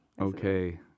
Okay